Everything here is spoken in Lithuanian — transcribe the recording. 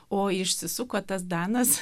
o išsisuko tas danas